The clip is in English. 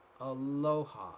Aloha